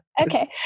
okay